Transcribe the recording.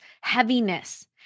heaviness